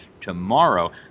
tomorrow